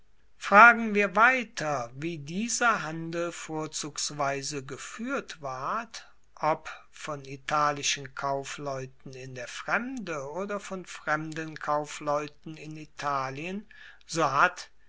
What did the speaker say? fragen wir weiter wie dieser handel vorzugsweise gefuehrt ward ob von italischen kaufleuten in der fremde oder von fremden kaufleuten in italien so hat